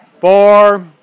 four